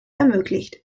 ermöglicht